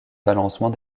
balancement